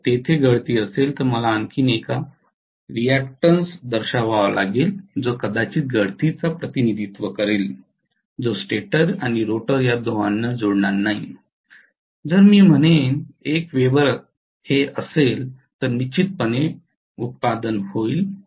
जर तेथे गळती असेल तर मला आणखी एक रिअक्टन्स दर्शवावा लागेल जो कदाचित गळतीचा प्रतिनिधित्व करेल जो स्टेटर आणि रोटर या दोहोंला जोडणार नाही जर मी म्हणेन 1 वेबर असेल तर निश्चितपणे उत्पादन होईल